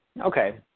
Okay